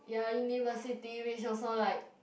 ya university which also like